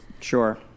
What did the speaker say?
Sure